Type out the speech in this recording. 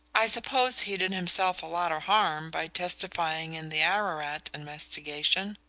i suppose he did himself a lot of harm by testifying in the ararat investigation?